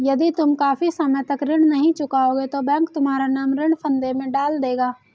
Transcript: यदि तुम काफी समय तक ऋण नहीं चुकाओगे तो बैंक तुम्हारा नाम ऋण फंदे में डाल देगा